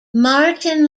martin